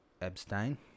abstain